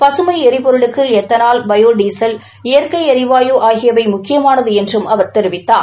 ப்சுமை எரிபொருளுக்கு எத்தனால் bio diesel இபற்கை எரிவாயு ஆகியவை முக்கியமாது என்றும் அவர் தெரிவித்தார்